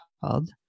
called